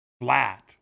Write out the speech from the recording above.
flat